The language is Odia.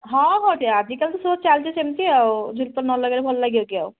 ହଁ ହଁ ଦିଅ ଆଜିକାଲି ତ ସବୁ ଚାଲିଛି ସେମିତି ଆଉ ଚୁମକି ନ ଲଗେଇଲେ ଭଲ ଲାଗିବ କି ଆଉ